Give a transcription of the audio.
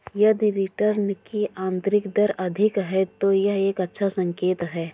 यदि रिटर्न की आंतरिक दर अधिक है, तो यह एक अच्छा संकेत है